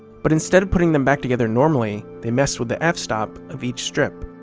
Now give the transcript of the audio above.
but instead of putting them back together normally, they messed with the f stop of each strip